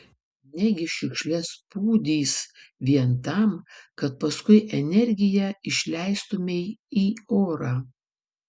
negi šiukšles pūdys vien tam kad paskui energiją išleistumei į orą